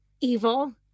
evil